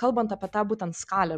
kalbant apie tą būtent skalę